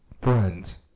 friends